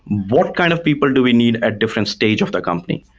what kind of people do we need at different stage of the company?